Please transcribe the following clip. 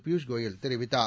பியூஷ் கோயல் தெரிவித்தார்